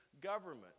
government